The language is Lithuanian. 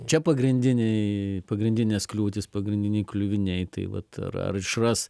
čia pagrindiniai pagrindinės kliūtys pagrindiniai kliuviniai tai vat ar ar išras